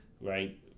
right